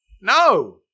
No